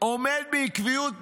עומד בעקביות מרשימה,